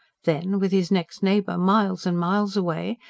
then, with his next neighbour miles and miles away,